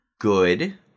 good